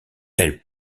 elle